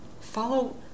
Follow